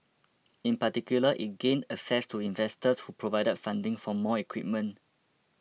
in particular it gained access to investors who provided funding for more equipment